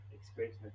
experience